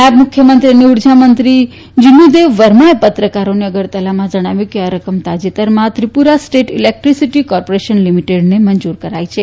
નાયબ મુખ્યમંત્રી અને ઉર્જા મંત્રી જીશ્વુદેવ વર્માએ પત્રકારોને અગરતલામાં જણાવ્યું કે આ રકમ તાજેતરમાં ત્રિપુરા સ્ટેટ ઈલેક્ટ્રીસિટી કોર્પોરેશન લિમિટેડને મંજૂર કરાઈ હતી